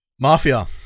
Mafia